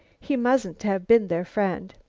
he mustn't have been their friend.